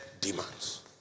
demands